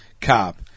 cop